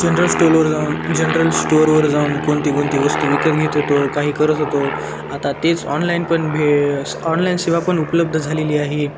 general स्टोलवर जाऊन general स्टोअरवर जाऊन कोणती कोणती वस्तू विकत घेत होतो काही करत होतो आता तेच ऑनलाईन पण भे ऑनलाईन सेवा पण उपलब्ध झालेली आहे